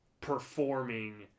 performing